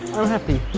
i'm happy.